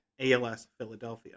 ALSPhiladelphia